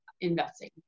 investing